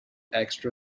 extra